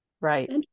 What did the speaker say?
Right